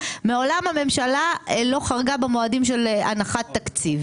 הממשלה מעולם לא חרגה במועדים של הנחת תקציב.